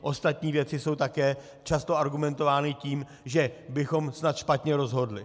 Ostatní věci jsou také často argumentovány tím, že bychom snad špatně rozhodli.